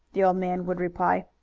the old man would reply.